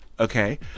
okay